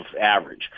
average